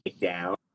down